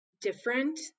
different